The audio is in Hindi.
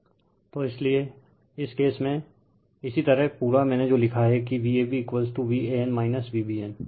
Refer Slide Time 2341 तो इसलिए इस केस में इसी तरह पूरा मैने जो लिखा है कि VabVan Vbn